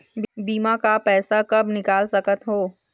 बीमा का पैसा कब निकाल सकत हो?